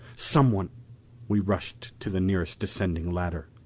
someone we rushed to the nearest descending ladder.